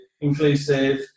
inclusive